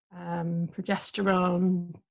progesterone